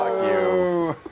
you.